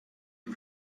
und